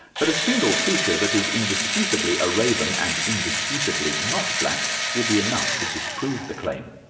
but a single creature that is indisputably a raven and indisputably not black will be enough to disprove the claim.